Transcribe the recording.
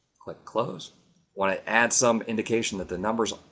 click close want to add some indication that the numbers,